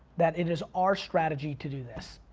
that it is our strategy to do this.